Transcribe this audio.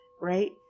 Right